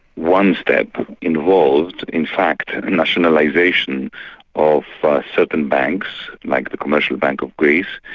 one step involved in fact nationalisation of certain banks like the commercial bank of greece,